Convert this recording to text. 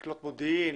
לקלוט מודיעין,